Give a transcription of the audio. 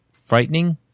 Frightening